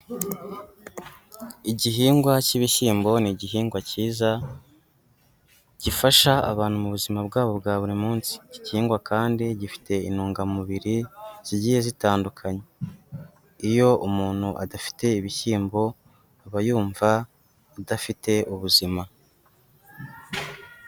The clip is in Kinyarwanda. Igihingwa cy'ibishyimbo ni igihingwa cyiza gifasha abantu mubuzima bwabo bwa buri munsi, iki gihingwa kandi gifite intungamubiri zigiye zitandukanye, iyo umuntu adafite ibishyimbo aba yumva adafite ubuzima,